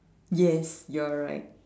yes you are right